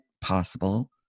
possible